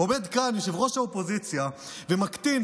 עומד כאן יושב-ראש האופוזיציה ומקטין,